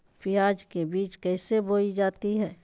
प्याज के बीज कैसे बोई जाती हैं?